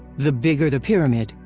the bigger the pyramid,